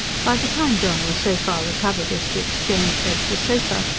by the time john was so far recovered as to exchange bed for sofa,